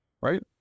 right